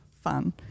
fun